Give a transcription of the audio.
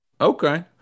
Okay